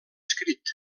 escrit